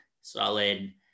solid